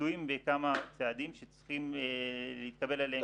תלויים בכמה צעדים שצריכים לקבל אישור.